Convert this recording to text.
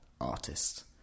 artist